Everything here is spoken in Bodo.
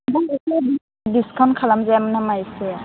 आमफ्राय डिसकाउन्ट खालामजायामोन नामा एसे